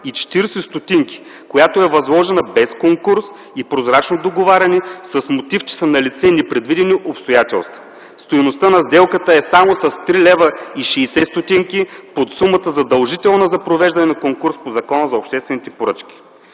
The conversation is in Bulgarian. и 40 ст., която е възложена без конкурс и прозрачно договаряне, с мотив, че са налице непредвидени обстоятелства. Стойността на сделката е само 3,60 лв. под сумата за задължително провеждане на конкурс по Закона за обществените поръчки.